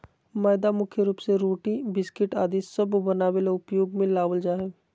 मैदा मुख्य रूप से रोटी, बिस्किट आदि सब बनावे ले उपयोग मे लावल जा हय